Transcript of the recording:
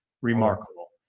remarkable